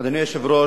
אדוני היושב-ראש,